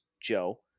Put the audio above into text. Joe